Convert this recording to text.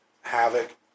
Havoc